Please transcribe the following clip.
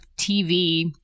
TV